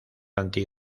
anti